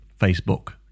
Facebook